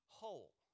whole